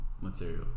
material